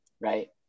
right